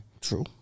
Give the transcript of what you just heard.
True